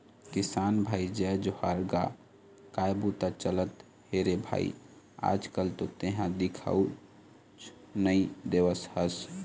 किसान भाई जय जोहार गा काय बूता चलत हे रे भई आज कल तो तेंहा दिखउच नई देवत हस?